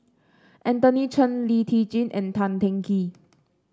Anthony Chen Lee Tjin and Tan Teng Kee